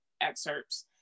excerpts